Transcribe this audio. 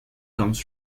comes